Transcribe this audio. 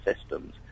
systems